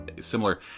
similar